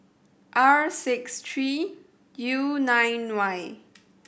R six three U nine Y